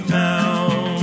town